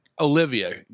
Olivia